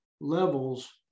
levels